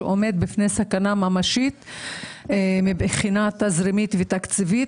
שעומד בפני סכנה ממשית מבחינה תזרימית ותקציבית,